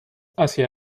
hacia